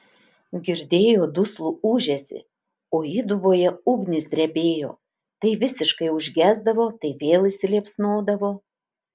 girdėjo duslų ūžesį o įduboje ugnys drebėjo tai visiškai užgesdavo tai vėl įsiliepsnodavo